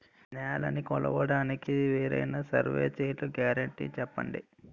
నేలనీ కొలవడానికి వేరైన సర్వే చైన్లు గ్యారంటీ చెప్పండి?